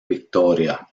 victoria